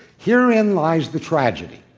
herein lies the tragedy,